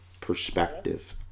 perspective